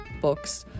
books